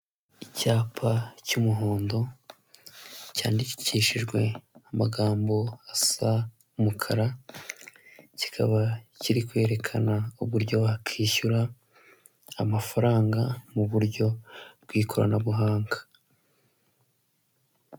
Icyapa cy'umuhondo cyandikishijwe amagambo asa umukara, kikaba kiri kwerekana uburyo wakwishyura amafaranga mu buryo bw'ikoranabuhanga.